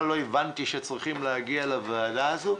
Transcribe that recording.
לא הבנתי שצריכים להגיע לוועדה הזו.